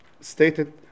stated